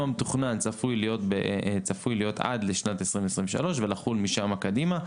המתוכנן צפוי להיות עד לשנת 2023 ולחול משם קדימה.